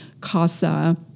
Casa